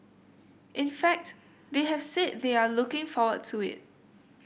in fact they have said they are looking forward to it